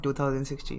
2016